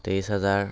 তেইছ হাজাৰ